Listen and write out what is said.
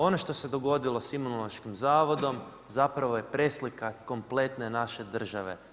Ono što se dogodilo s Imunološkim zavodom zapravo je preslika kompletne naše države.